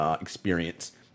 experience